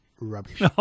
Rubbish